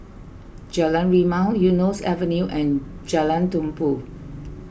Jalan Rimau Eunos Avenue and Jalan Tumpu